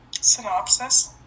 Synopsis